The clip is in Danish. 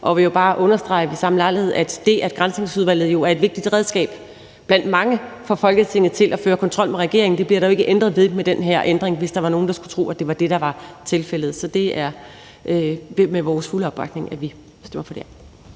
og vil jo bare ved samme lejlighed understrege, at det, at Granskningsudvalget jo er et vigtigt redskab blandt mange for Folketinget til at føre kontrol med regeringen, bliver der jo ikke ændret ved med den her ændring, hvis der var nogen, der skulle tro, at det var det, der var tilfældet. Så det er med vores fulde opbakning, at vi støtter det.